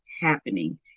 happening